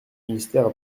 ministère